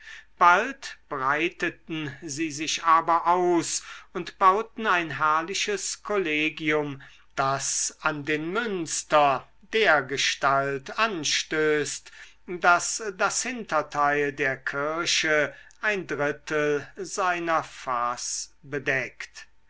bald breiteten sie sich aber aus und bauten ein herrliches kollegium das an den münster dergestalt anstößt daß das hinterteil der kirche ein dritteil seiner face bedeckt